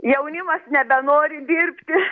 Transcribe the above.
jaunimas nebenori dirbti